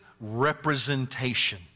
representation